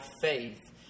faith